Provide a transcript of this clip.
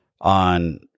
on